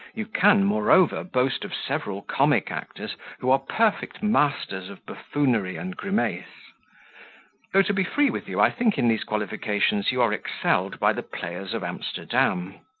you can, moreover, boast of several comic actors who are perfect masters of buffoonery and grimace though, to be free with you, i think in these qualifications you are excelled by the players of amsterdam.